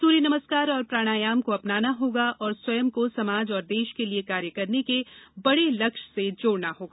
सूर्य नमस्कार और प्राणायाम को अपनाना होगा और स्वयं को समाज और देश के लिये कार्य करने के बड़े लक्ष्य से जोड़ना होगा